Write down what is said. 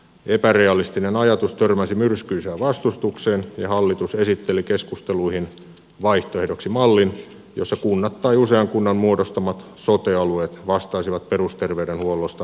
epärealistinen ajatus törmäsi myrskyisään vastustukseen ja hallitus esitteli keskusteluihin vaihtoehdoksi mallin jossa kunnat tai usean kunnan muodostamat sote alueet vastaisivat perusterveydenhuollosta ja osasta erikoissairaanhoitoa